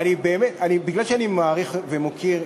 מכיוון שאני מעריך ומוקיר,